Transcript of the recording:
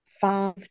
five